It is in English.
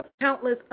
countless